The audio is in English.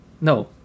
No